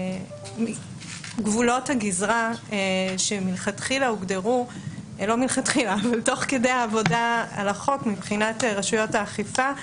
אלה גבולות הגזרה שהוגדרו תוך כדי העבודה על החוק מבחינת רשויות האכיפה.